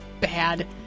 bad